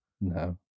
No